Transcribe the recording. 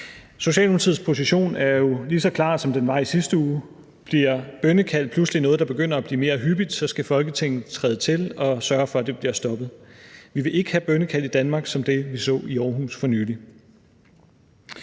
Socialdemokratiets position er jo lige så klar, som den var i sidste uge. Bliver bønnekald pludselig noget, der begynder at blive mere hyppigt, skal Folketinget træde til og sørge for, at det bliver stoppet. Vi vil ikke have bønnekald i Danmark som det, vi så i Aarhus for nylig.